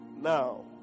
Now